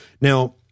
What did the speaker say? Now